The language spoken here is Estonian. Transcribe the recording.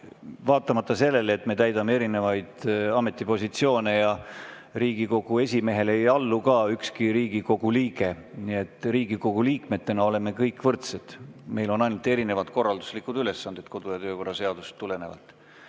vaatamata sellele, et me täidame erinevaid ametipositsioone. Ja Riigikogu esimehele ei allu ka ükski Riigikogu liige. Nii et Riigikogu liikmetena oleme kõik võrdsed. Meil on ainult erinevad korralduslikud ülesanded kodu‑ ja töökorra seadusest tulenevalt.